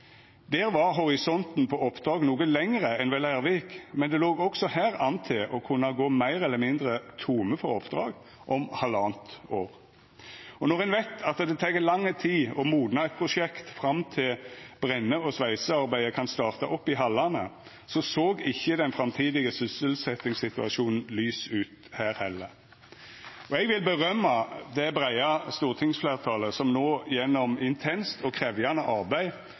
Der var horisonten på oppdrag noko lengre enn ved Leirvik, men det låg også her an til at ein kunne gå meir eller mindre tomme for oppdrag om halvanna år. Når ein veit at det tek lang tid å modna eit prosjekt fram til brenne- og sveisearbeidet kan starta opp i hallane, så såg ikkje den framtidige sysselsetjingssituasjonen lys ut her heller. Eg vil rosa det breie stortingsfleirtalet som no gjennom intenst og krevjande arbeid